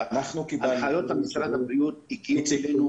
ההנחיות של משרד הבריאות הגיעו אלינו